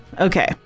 Okay